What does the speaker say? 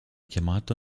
chiamato